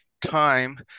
time